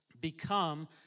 become